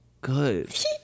good